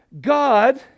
God